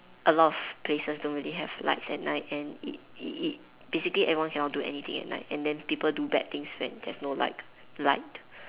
a lot of places don't really have lights at night and it it it basically everyone cannot do anything at night and then people do bad things when there's no like light